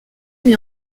met